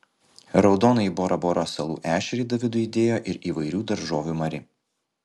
raudonąjį bora bora salų ešerį davidui įdėjo ir įvairių daržovių mari